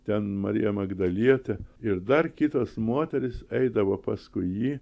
ten marija magdalietė ir dar kitos moterys eidavo paskui jį